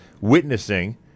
witnessing